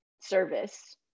service